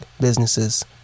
businesses